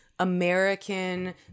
American